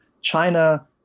China